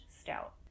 stout